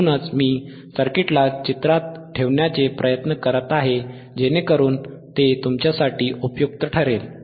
म्हणूनच मी सर्किटला चित्रात ठेवण्याचा प्रयत्न करत आहे जेणेकरून ते तुमच्यासाठी उपयुक्त ठरेल